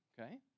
okay